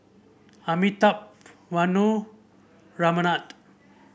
Amitabh Vanu Ramanand